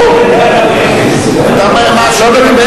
לא יהיה קרקע במחיר אפס,